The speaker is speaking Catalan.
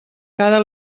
cada